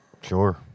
Sure